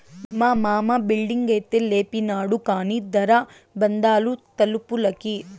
మా మామ బిల్డింగైతే లేపినాడు కానీ దార బందాలు తలుపులకి